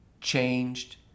changed